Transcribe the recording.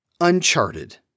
Uncharted